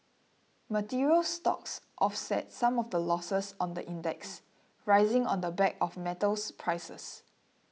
materials stocks offset some of the losses on the index rising on the back of metals prices